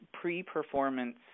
pre-performance